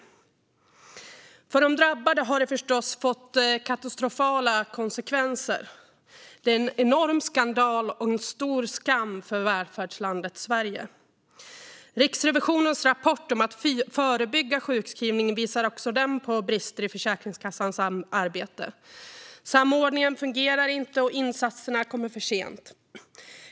För de drabbade har detta förstås fått katastrofala konsekvenser. Det är en enorm skandal och en stor skam för välfärdslandet Sverige. Också Riksrevisionens rapport om att förebygga sjukskrivning visar på brister i Försäkringskassans arbete. Samordningen fungerar inte, och insatserna kommer för sent.